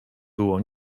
było